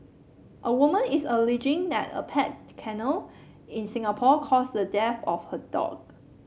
a woman is alleging that a pet kennel in Singapore caused the death of her dog